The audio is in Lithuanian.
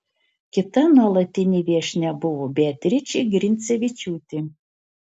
kita nuolatinė viešnia buvo beatričė grincevičiūtė